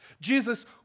Jesus